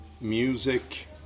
music